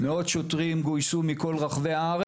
לשם כך גויסו מאות שוטרים מרחבי הארץ,